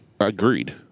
Agreed